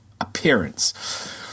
appearance